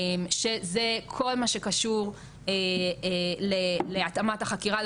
שזה כל מה שקשור להתאמת החקירה,